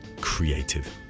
creative